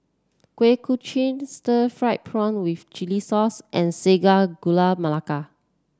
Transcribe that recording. Kuih Kochi Stir Fried Prawn with Chili Sauce and Sago Gula Melaka